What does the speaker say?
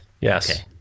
Yes